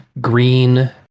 green